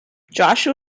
joshua